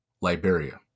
Liberia